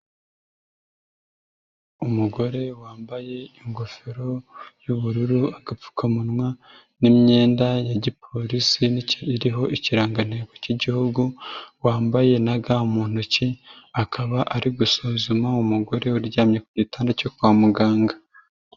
Umugore wambaye ingofero y'ubururu, agapfukamunwa n'imyenda ya gipolisi, nicyo iriho ikirangantego cy'igihugu wambaye na ga mu ntoki, akaba ari gusuzuma umugore uryamye ku gitanda cyo kwa muganga.